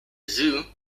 zoo